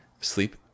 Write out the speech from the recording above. sleep